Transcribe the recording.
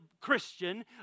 Christian